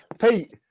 Pete